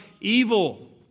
evil